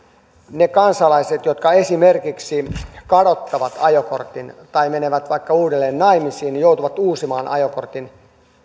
ne kansalaiset jotka esimerkiksi kadottavat ajokortin tai menevät vaikka uudelleen naimisiin joutuvat uusimaan ajokortin